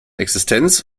existenz